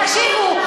תקשיבו,